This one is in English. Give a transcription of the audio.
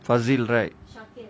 Fazil right